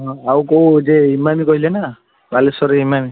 ହଁ ଆଉ କୋଉ ଯୋଉ ବାଲେଶ୍ୱର ଇମାମି କହିଲେ ନା ବାଲେଶ୍ୱର ରେ ଇମାମି